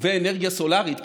ואנרגיה סולרית,